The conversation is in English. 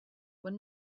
were